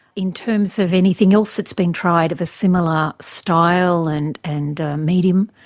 in terms of anything else that's been tried of a similar style and and medium,